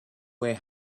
where